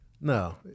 No